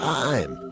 time